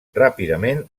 ràpidament